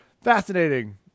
Fascinating